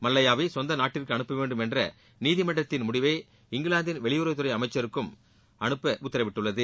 மல்லையாவை சொந்த நாட்டிற்கு அனுப்ப வேண்டும் என்ற நீதிமன்றத்தின் முடிவை இங்கிலாந்தின் வெளியுறவுத்துறை அமைச்சருக்கும் அனுப்ப உத்தரவிட்டது